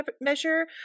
measure